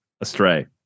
astray